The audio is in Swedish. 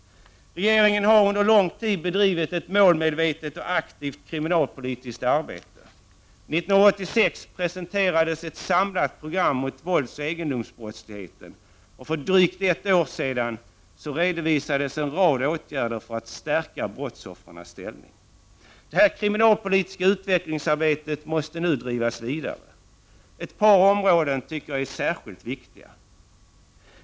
Regeringen har under lång tid bedrivit ett målmedvetet och aktivt kriminalpolitiskt arbete. 1986 presenterades ett samlat program mot våldsoch egendomsbrottsligheten och för drygt ett år sedan redovisades en rad åtgärder som syftar till att stärka brottsoffrens ställning. Det kriminalpolitiska utvecklingsarbetet måste nu drivas vidare. Ett par områden är särskilt viktiga.